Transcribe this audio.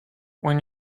when